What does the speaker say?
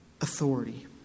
authority